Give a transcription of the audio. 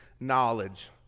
knowledge